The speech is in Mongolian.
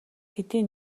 хэдийн